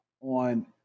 on